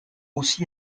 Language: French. aussi